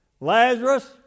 Lazarus